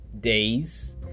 days